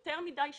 יותר מדי שנים.